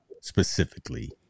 specifically